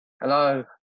Hello